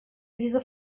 diese